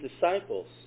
disciples